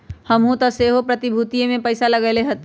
हमहुँ तऽ सेहो प्रतिभूतिय में पइसा लगएले हती